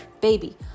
baby